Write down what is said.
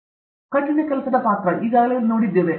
hard ಕೆಲಸದ ಪಾತ್ರ ನಾವು ಈಗಾಗಲೇ ನೋಡಿದ್ದೇವೆ